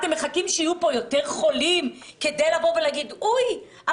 אתם מחכים שיהיו פה יותר חולים כדי להגיד -- אחר